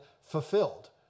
fulfilled